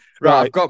Right